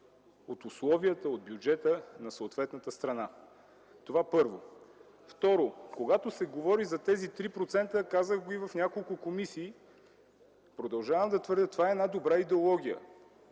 от условията, от бюджета на съответната страна. Това, първо. Второ, когато се говори за тези 3%, казах го и в няколко комисии и продължавам да твърдя, че това е една добра идеология.